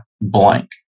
blank